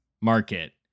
market